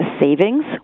savings